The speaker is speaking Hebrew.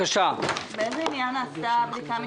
באיזה עניין נעשתה הבדיקה המשפטית,